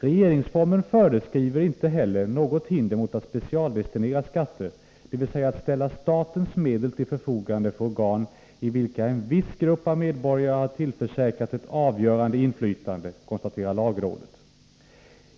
Regeringsformen föreskriver inte heller något hinder mot att specialdestinera skatter, dvs. att ställa statens medel till förfogande för organ i vilka en viss grupp av medborgare har tillförsäkrats ett avgörande inflytande, konstaterar lagrådet.